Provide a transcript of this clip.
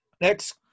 Next